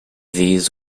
these